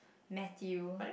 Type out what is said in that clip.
Mathew